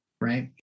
right